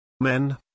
Men